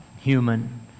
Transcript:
human